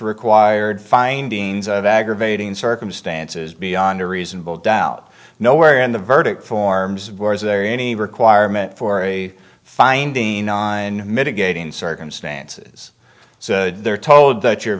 required findings of aggravating circumstances beyond a reasonable doubt no where in the verdict forms where is there any requirement for a finding and mitigating circumstances so they're told that your